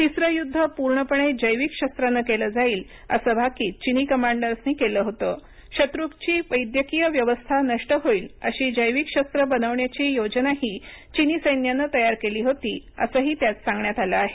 तिसरं युद्ध पूर्णपणे जैविक शस्त्रानं केलं जाईल अस भाकीत चिनी कमांडर्सनी केलं होतं शत्रूची वैद्यकीय व्यवस्था नष्ट होईल अशी जैविक शस्त्र बनवण्याची योजनाही चिनी सैन्याने तयार केली होती असंही त्यात सांगण्यात आलं आहे